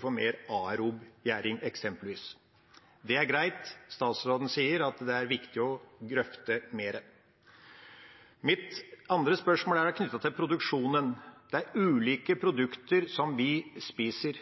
får mer aerob gjæring, eksempelvis. Det er greit. Statsråden sier at det er viktig å grøfte mer. Mitt andre spørsmål er knyttet til produksjonen. Det er ulike produkter som vi spiser.